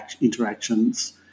interactions